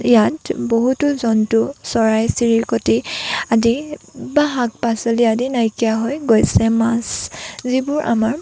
ইয়াত বহুতো জন্তু চৰাই চিৰিকতি আদি বা শাক পাচলি আদি নাইকিয়া হৈ গৈছে মাছ যিবোৰ আমাৰ